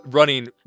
Running